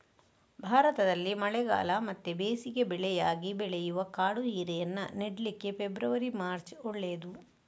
ಭಾರತದಲ್ಲಿ ಮಳೆಗಾಲ ಮತ್ತೆ ಬೇಸಿಗೆ ಬೆಳೆಯಾಗಿ ಬೆಳೆಯುವ ಕಾಡು ಹೀರೆಯನ್ನ ನೆಡ್ಲಿಕ್ಕೆ ಫೆಬ್ರವರಿ, ಮಾರ್ಚ್ ಒಳ್ಳೇದು